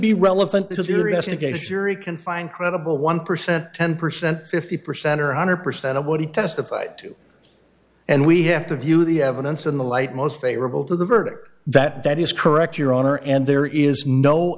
theory can find credible one percent ten percent fifty percent or one hundred percent of what he testified to and we have to view the evidence in the light most favorable to the verdict that that is correct your honor and there is no